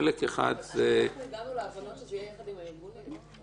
-- אנחנו הגענו להבנה שזה יהיה יחד עם הארגונים.